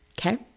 Okay